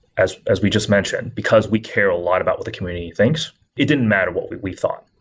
as as we just mentioned, because we care a lot about what the community thinks, it didn't matter what we we thought.